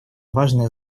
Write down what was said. важное